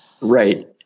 right